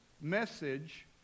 message